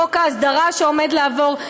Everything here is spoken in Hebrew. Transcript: חוק ההסדרה שעומד לעבור,